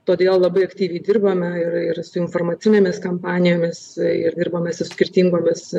todėl labai aktyviai dirbame ir ir su informacinėmis kampanijomis ir dirbame su skirtingomis